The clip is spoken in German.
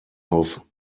auf